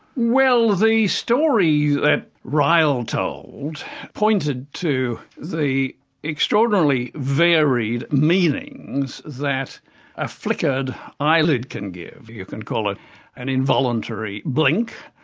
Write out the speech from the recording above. well the story that and ryle told pointed to the extraordinarily varied meanings that a flickered eyelid can give. you can call it an involuntary blink,